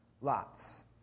lots